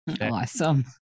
awesome